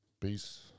Peace